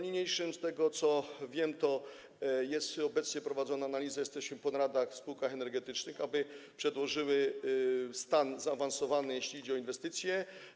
Niniejszym, z tego co wiem, jest obecnie prowadzona analiza, jesteśmy po naradach w spółkach energetycznych, aby przedłożyły stan zaawansowany, jeśli chodzi o inwestycje.